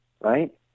right